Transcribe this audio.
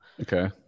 Okay